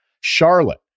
Charlotte